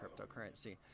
cryptocurrency